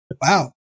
wow